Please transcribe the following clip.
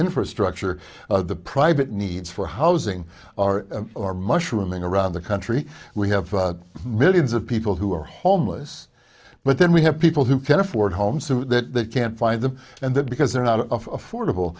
infrastructure the private needs for housing are are mushrooming around the country we have millions of people who are homeless but then we have people who can afford homes so that they can't find them and that because they're not affordable